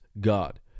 God